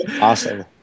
Awesome